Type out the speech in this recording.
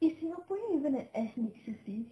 is singaporean even an ethnic city